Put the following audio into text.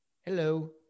Hello